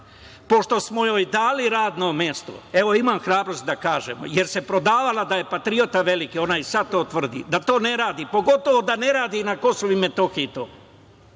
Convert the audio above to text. pošto smo joj dali radno mesto, evo, imam hrabrosti da kažem, jer se prodavala da je veliki patriota, ona i sada to tvrdi, da to ne radi, pogotovo da ne radi na KiM to. E, to